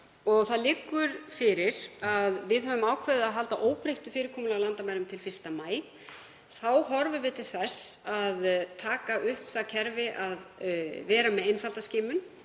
Það liggur fyrir að við höfum ákveðið að halda óbreyttu fyrirkomulagi á landamærum til 1. maí. Þá horfum við til þess að taka upp það kerfi að vera með einfalda skimun